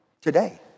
today